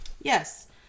Yes